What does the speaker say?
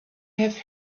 have